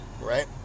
right